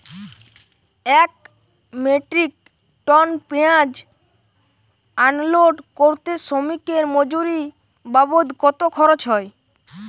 এক metric ton পেঁয়াজ unload করতে শ্রমিকের মজুরি বাবদ কত খরচ হয়?